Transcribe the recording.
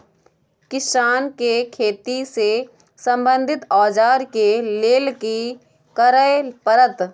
किसान के खेती से संबंधित औजार के लेल की करय परत?